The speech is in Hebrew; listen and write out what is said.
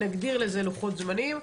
נגדיר לזה לוחות זמנים,